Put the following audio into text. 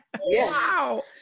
Wow